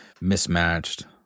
mismatched